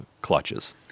clutches